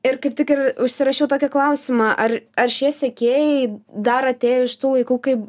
ir kaip tik ir užsirašiau tokį klausimą ar ar šie sekėjai dar atėjo iš tų laikų kai